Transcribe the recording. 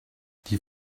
die